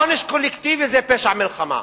עונש קולקטיבי זה פשע מלחמה,